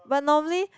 but normally